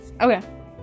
Okay